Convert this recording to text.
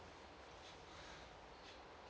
mm